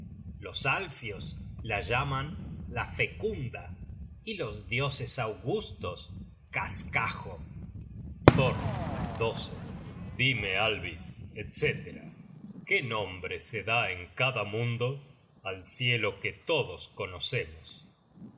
los alfios la llaman la fecunda y los dioses augustos cascajo content from google book search generated at thor dime alvis etc qué nombrese da en cada mundo al cielo que todos conocemos